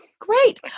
Great